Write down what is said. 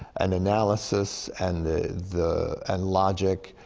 and analysis, and the and logic,